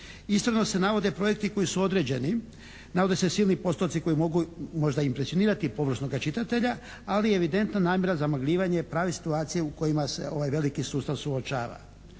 Istodobno se navode projekti koji su određeni, navode se svi oni postoci koji mogu možda impresionirati površnoga čitatelja, ali je evidentno namjera zamagljivanje prave situacije u kojima se ovaj veliki sustav suočava.